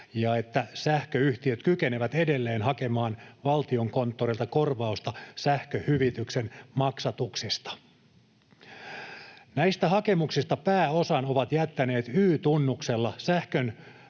ja että sähköyhtiöt kykenevät edelleen hakemaan Valtiokonttorilta korvausta sähköhyvityksen maksatuksista. Näistä hakemuksista pääosan ovat jättäneet Y-tunnuksella